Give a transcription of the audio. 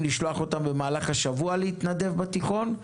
לשלוח אותם להתנדב בתיכון במהלך השבוע,